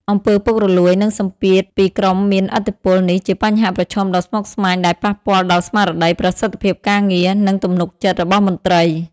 អំពើពុករលួយ និងសម្ពាធពីក្រុមមានឥទ្ធិពលនេះជាបញ្ហាប្រឈមដ៏ស្មុគស្មាញដែលប៉ះពាល់ដល់ស្មារតី ប្រសិទ្ធភាពការងារ និងទំនុកចិត្តរបស់មន្ត្រី។